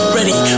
Ready